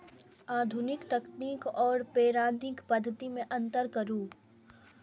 आधुनिक तकनीक आर पौराणिक पद्धति में अंतर करू?